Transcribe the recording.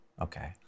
Okay